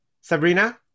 Sabrina